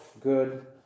good